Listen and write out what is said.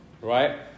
Right